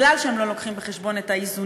כי הם לא לוקחים בחשבון את האיזונים